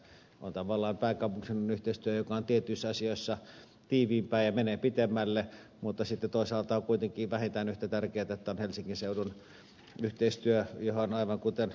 on tavallaan pääkaupunkiseudun yhteistyö joka on tietyissä asioissa tiiviimpää ja menee pitemmälle mutta sitten toisaalta on kuitenkin vähintään yhtä tärkeätä että on helsingin seudun yhteistyö johon aivan kuten ed